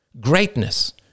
Greatness